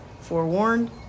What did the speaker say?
Forewarned